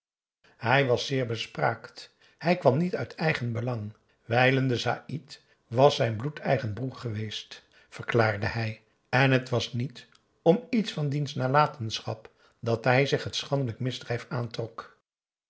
hij was zeer bespraakt hij kwam niet uit eigenbelang wijlen de saïd was zijn bloedeigen broer geweest verklaarde hij en het was niet om iets van diens nalatenschap dat hij zich het schandelijk misdrijf aantrok